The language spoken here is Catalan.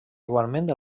igualment